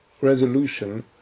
resolution